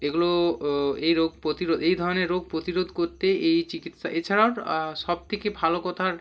এগুলো ও এই রোগ প্রতিরোধ এই ধরনের রোগ প্রতিরোধ করতে এই চিকিৎসা এছাড়াও সব থেকে ভালো কথার